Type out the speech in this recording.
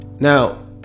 Now